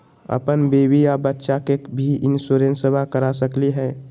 अपन बीबी आ बच्चा के भी इंसोरेंसबा करा सकली हय?